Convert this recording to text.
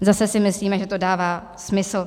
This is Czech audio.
Zase si myslíme, že to dává smysl.